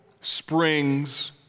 springs